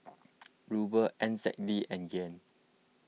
Ruble N Z D and Yen